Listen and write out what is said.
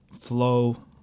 flow